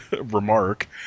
remark